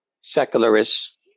secularists